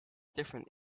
different